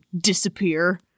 disappear